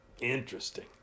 Interesting